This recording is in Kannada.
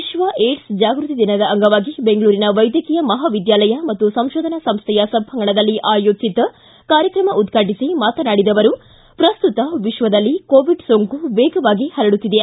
ವಿಕ್ವ ಏಡ್ಸ್ ಜಾಗೃತಿ ದಿನದ ಅಂಗವಾಗಿ ಬೆಂಗಳೂರಿನ ವೈದ್ಯಕೀಯ ಮಹಾವಿದ್ಯಾಲಯ ಮತ್ತು ಸಂಶೋಧನಾ ಸಂಶೈಯ ಸಭಾಂಗಣದಲ್ಲಿ ಆಯೋಜಿಸಿದ್ದ ಕಾರ್ಯಕ್ರಮ ಉದ್ಘಾಟಿಸಿ ಮಾತನಾಡಿದ ಅವರು ಪ್ರಸ್ತುತ ವಿಶ್ವದಲ್ಲಿ ಕೋವಿಡ್ ಸೋಂಕು ವೇಗವಾಗಿ ಹರಡುತ್ತಿದೆ